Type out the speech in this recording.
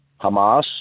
Hamas